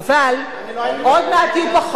עוד מעט יהיו פחות,